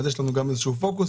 אז יש לנו גם איזשהו פוקוס.